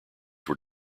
were